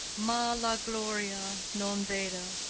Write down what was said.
ma la gloria non vedo,